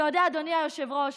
אתה יודע, אדוני היושב-ראש,